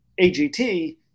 AGT